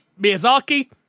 Miyazaki